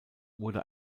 wurde